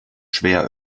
schwer